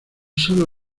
solo